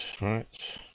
right